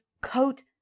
coat